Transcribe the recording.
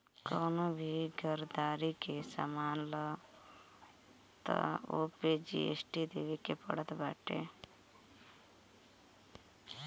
कवनो भी घरदारी के सामान लअ तअ ओपे जी.एस.टी देवे के पड़त बाटे